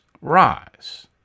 rise